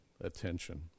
attention